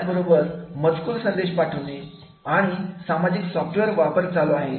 याच बरोबर मजकुराचे संदेश पाठवणे आणि सामाजिक सॉफ्टवेअर वापरणे चालू आहे